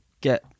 get